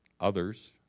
Others